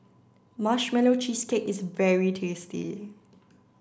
marshmallow cheesecake is very tasty